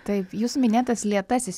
taip jūsų minėtas lėtasis miegas ar tai yra